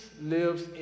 lives